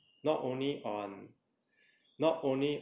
not only on not only